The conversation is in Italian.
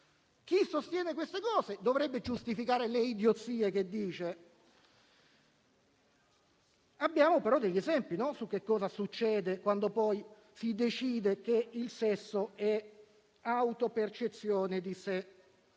Chi sostiene queste cose dovrebbe giustificare le idiozie che dice. Abbiamo degli esempi su che cosa succede quando si decide che il sesso è autopercezione.